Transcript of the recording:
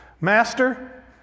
Master